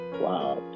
Wow